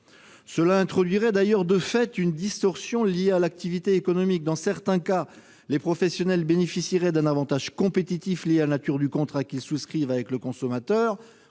introduirait d'ailleurs, de fait, une distorsion liée à l'activité économique. Dans certains cas, les professionnels bénéficieraient d'un avantage compétitif lié à la nature du contrat qu'ils souscrivent avec le consommateur-